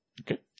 Okay